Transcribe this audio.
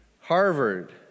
Harvard